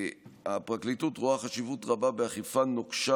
הפרקליטות רואה חשיבות רבה באכיפה נוקשה